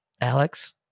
alex